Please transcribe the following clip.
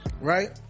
right